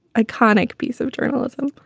iconic piece of journalism.